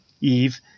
Eve